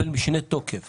וזה מקבל משנה תוקף